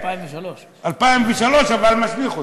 2003. 2003, אבל משליך אותו.